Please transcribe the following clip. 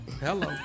Hello